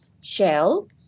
shell